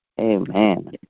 Amen